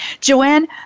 Joanne